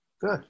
Good